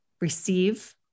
receive